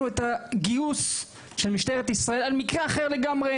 את הגיוס של משטרת ישראל על מקרה אחר לגמרי,